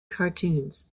cartoons